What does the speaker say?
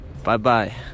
Bye-bye